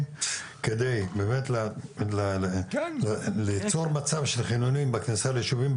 כדי באמת ליצור מצב של חניונים בכניסה ליישובים.